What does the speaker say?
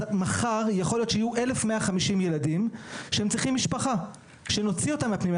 מחר יכול להיות שיהיו 1,150 ילדים שצריכים משפחה ונוציא אותם מהפנימיות.